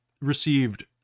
received